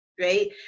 right